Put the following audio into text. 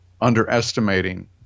underestimating